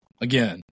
Again